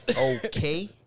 Okay